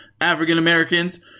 African-Americans